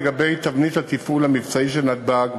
לגבי תבנית התפעול המבצעי של נתב"ג,